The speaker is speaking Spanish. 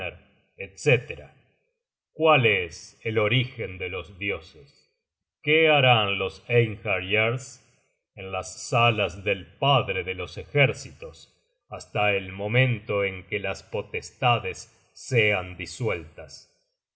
etc cuál es el orígen de los dioses qué harán los einhaeryars en las salas del padre de los ejércitos hasta el momento en que las potestades sean disueltas